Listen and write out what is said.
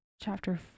chapter